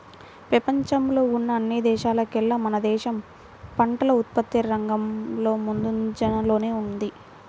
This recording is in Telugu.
పెపంచంలో ఉన్న అన్ని దేశాల్లోకేల్లా మన దేశం పంటల ఉత్పత్తి రంగంలో ముందంజలోనే ఉంది